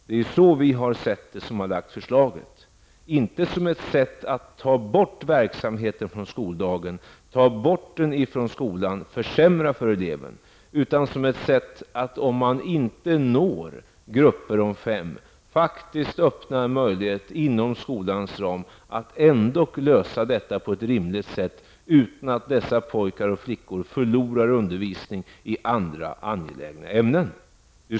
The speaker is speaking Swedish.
Det är så vi som har lagt förslaget har sett på detta, inte som ett sätt att ta bort verksamheten från skoldagen och från skolan och att försämra för eleven, utan som ett sätt att för det fall att man inte uppnår grupper om fem, faktiskt öppna en möjlighet inom skolans ram att ändå lösa detta på ett rimligt sätt, utan att pojkarna och flickorna förlorar undervisning i andra angelägna ämnen.